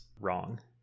wrong